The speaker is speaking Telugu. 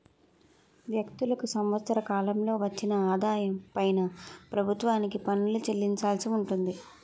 వ్యక్తులకు సంవత్సర కాలంలో వచ్చిన ఆదాయం పైన ప్రభుత్వానికి పన్ను చెల్లించాల్సి ఉంటుంది